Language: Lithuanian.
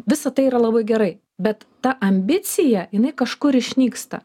visa tai yra labai gerai bet ta ambicija jinai kažkur išnyksta